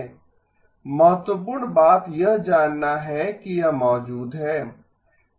महत्वपूर्ण बात यह जानना है कि यह मौजूद है